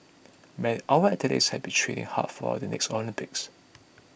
may our athletes have been training hard for the next Olympics